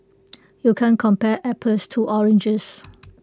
you can't compare apples to oranges